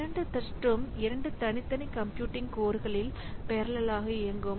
இரண்டு த்ரெட்ம் இரண்டு தனித்தனி கம்ப்யூட்டிங் கோர்களில் பெரலல்லாக இயங்கும்